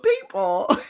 people